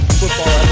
football